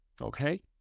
okay